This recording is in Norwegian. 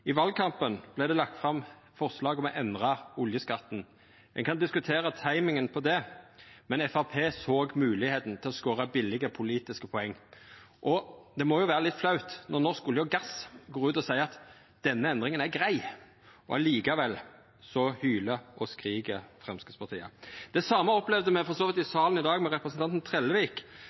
I valkampen vart det lagt fram forslag om å endra oljeskatten. Ein kan diskutera «timingen» på det, men Framstegspartiet såg moglegheita til å skåra billege politiske poeng. Det må jo vera litt flaut når Norsk olje og gass går ut og seier at denne endringa er grei, og likevel hyler og skrik Framstegspartiet. Det same opplevde me for så vidt i salen i dag med representanten Trellevik,